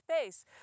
space